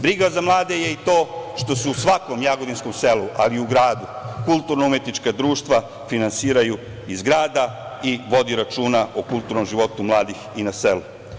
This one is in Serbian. Briga za mlade je i to što se u svakom jagodinskom selu, ali i u gradu, kulturno umetnička društva finansiraju iz grada i vodi se računa o kulturnom životu mladih na selu.